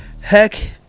Heck